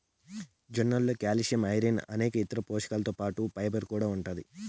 జొన్నలలో calcium, iron అనేక ఇతర పోషకాలతో పాటు ఫైబర్ కూడా ఉంటాది